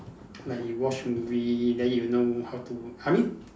like you watch movie then you know how to I mean